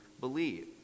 believe